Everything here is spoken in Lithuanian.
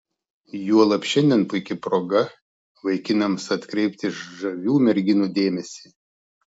juolab šiandien puiki proga vaikinams atkreipti žavių merginų dėmesį